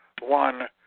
one